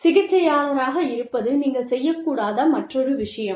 சிகிச்சையாளராக இருப்பது நீங்கள் செய்யக்கூடாத மற்றொரு விஷயம்